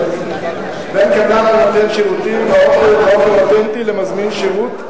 בין קבלן הנותן שירותים באופן אותנטי למזמין שירות,